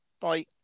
bye